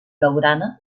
blaugrana